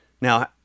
Now